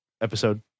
episode